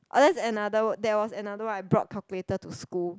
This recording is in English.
there was another there was another one I brought calculator to school